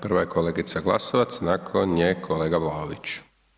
Prva je kolegica Glasovac, nakon nje kolega Vlaović.